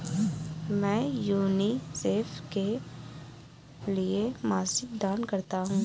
मैं यूनिसेफ के लिए मासिक दान करता हूं